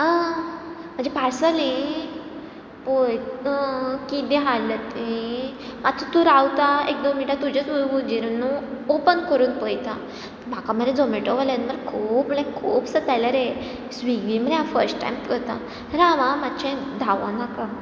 आ म्हजें पार्सल हें पळय किदें हाडलां तुवें मातसो तूं रावता एक दोन मिनटां तुजेच हुजीर न्हू ऑपन करून पळयता म्हाका मरे झोमेटोवाल्यांनी मरे खूब म्हणल्या खूब सतायलां रे स्विगी मरे हांव फस्ट टायम करता राव हा मातशें धावो नाका